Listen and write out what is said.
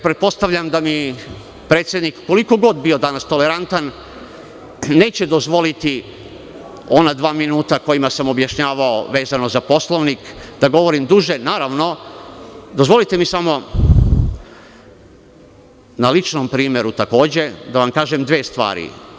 Pretpostavljam da mi predsednik, koliko god bio danas tolerantan, neće dozvoliti ona dva minuta kojima sam objašnjavao vezano za Poslovnik, da govorim duže, dozvolite mi samo, na ličnom primeru takođe, da vam kažem dve stvari.